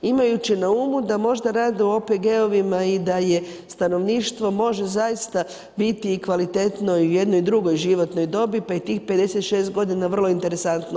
Imajući na umu da možda rad u OPG-ovima i da je stanovništvo može zaista biti i kvalitetno i u jednoj drugoj životnoj dobi, pa i tih 56 godina vrlo interesantno.